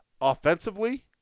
offensively